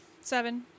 Seven